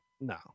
No